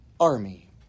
army